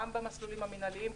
גם במסלולים המינהליים,